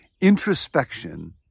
Introspection